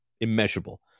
immeasurable